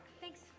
Thanks